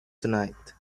tonight